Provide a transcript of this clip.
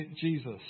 Jesus